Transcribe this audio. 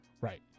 Right